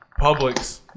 Publix